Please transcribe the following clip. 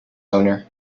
owner